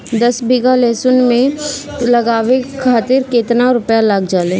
दस बीघा में लहसुन उगावे खातिर केतना रुपया लग जाले?